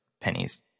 pennies